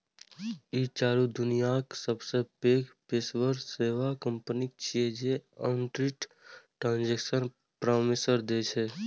ई चारू दुनियाक सबसं पैघ पेशेवर सेवा कंपनी छियै जे ऑडिट, ट्रांजेक्शन परामर्श दै छै